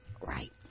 right